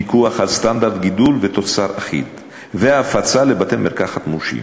פיקוח על סטנדרט גידול ותוצר אחיד והפצה לבתי-מרקחת מורשים.